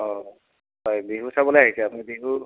অঁ হয় বিহু চাবলৈ আহিছে আপুনি বিহু